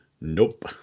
Nope